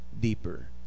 deeper